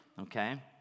okay